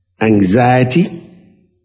anxiety